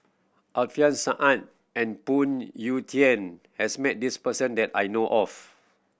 Alfian Sa'at and Phoon Yew Tien has met this person that I know of